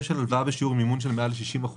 של הלוואה בשיעור מימון של מעל 60%